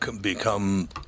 become